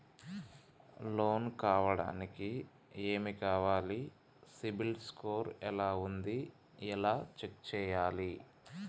Loan కావడానికి ఏమి కావాలి సిబిల్ స్కోర్ ఎలా ఉంది ఎలా చెక్ చేయాలి?